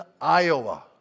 Iowa